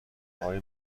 های